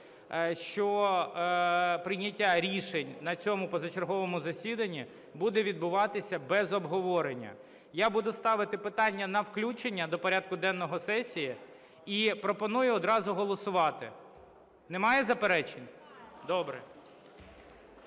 що прийняття рішень на цьому позачерговому засіданні буде відбуватися без обговорення. Я буду ставити питання на включення до порядку денного сесії і пропоную одразу голосувати. Немає заперечень? Добре.